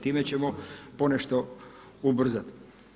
Time ćemo ponešto ubrzati.